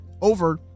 Over